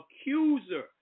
accuser